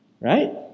Right